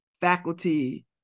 Faculty